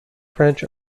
french